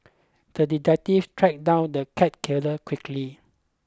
the detective tracked down the cat killer quickly